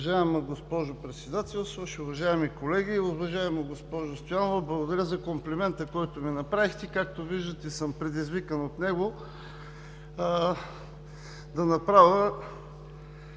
Уважаема госпожо Председателстващ, уважаеми колеги! Уважаема госпожо Стоянова, благодаря за комплимента, който ми направихте. Както виждате, предизвикан съм от него да направя